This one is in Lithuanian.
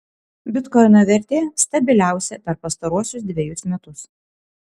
bitkoino vertė stabiliausia per pastaruosius dvejus metus